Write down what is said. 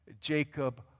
Jacob